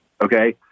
okay